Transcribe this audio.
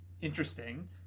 interesting